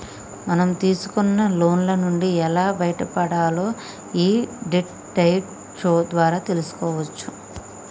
మనం తీసుకున్న లోన్ల నుంచి ఎలా బయటపడాలో యీ డెట్ డైట్ షో ద్వారా తెల్సుకోవచ్చు